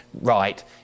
right